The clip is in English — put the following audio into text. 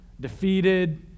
defeated